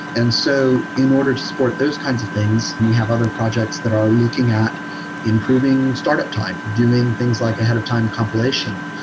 and so in order to support those kinds of things, we have other projects that are looking at improving start-up time, doing things like ahead of time compilation.